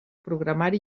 programari